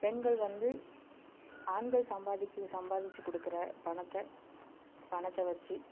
பெண்கள் வந்து ஆண்கள் சம்பாதிக்கும் சம்பாதிச்சி கொடுக்குற பணத்தை பணத்தை வச்சு